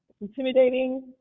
intimidating